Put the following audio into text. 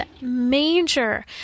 major